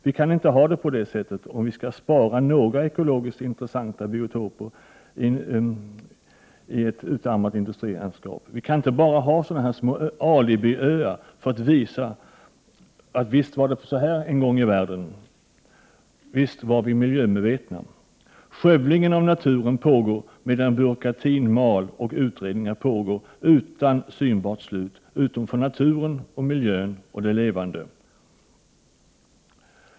Vi kan inte ha det på det sättet om vi skall spara några ekologiskt intressanta biotoper i ett utarmat industrilandskap. Vi kan inte bara ha sådana små alibiöar för att visa att ”visst var det så här en gång i världen, visst var vi miljömedvetna”. Skövlingen av naturen pågår medan byråkratin mal och utredningar pågår utan synbart slut — utom för naturen och miljön och det levande.